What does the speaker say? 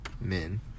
Men